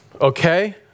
okay